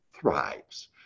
thrives